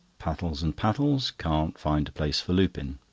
pattles and pattles can't find a place for lupin.